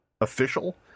official